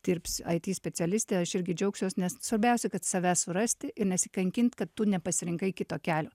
dirbsiu ai ti specialiste aš irgi džiaugsiuos nes svarbiausia kad save surasti ir nesikankint kad tu nepasirinkai kito kelio